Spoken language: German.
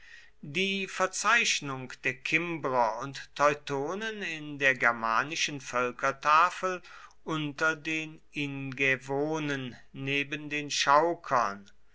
die verzeichnung der kimbrer und teutonen in der germanischen völkertafel unter den ingävonen neben den chaukern